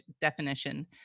definition